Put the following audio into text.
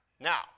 Now